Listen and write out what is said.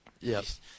Yes